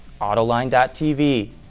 Autoline.tv